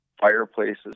fireplaces